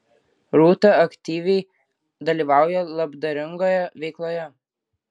rūta aktyviai dalyvauja labdaringoje veikloje